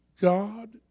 God